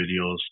videos